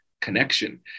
connection